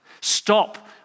stop